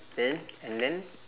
then and then